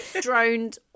droned